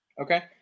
Okay